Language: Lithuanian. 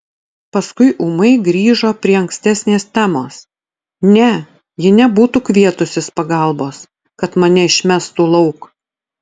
paskui ūmai grįžo prie ankstesnės temos ne ji nebūtų kvietusis pagalbos kad mane išmestų lauk